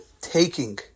taking